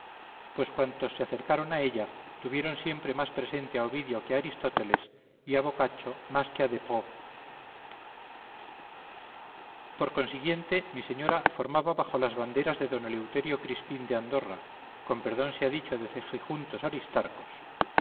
pues cuantos se acercaron a ella tuvieron siempre más presente a ovidio que a aristóteles y a bocaccio más que a despreaux por consiguiente mi señora formaba bajo las banderas de don eleuterio crispín de andorra con perdón sea dicho de